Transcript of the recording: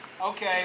Okay